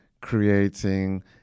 creating